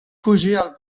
kaozeal